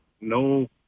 No